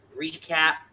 recap